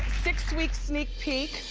six week sneak peek.